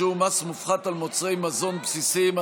שיעור מס מופחת על מוצרי מזון בסיסיים),